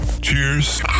cheers